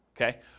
okay